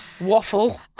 waffle